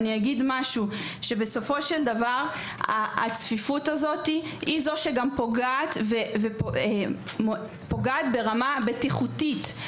בסופו של דבר הצפיפות הזאת פוגעת ברמה הבטיחותית.